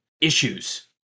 issues